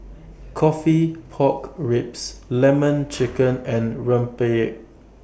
Coffee Pork Ribs Lemon Chicken and Rempeyek